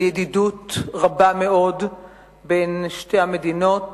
של ידידות רבה מאוד בין שתי המדינות